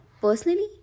personally